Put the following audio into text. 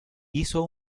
hizo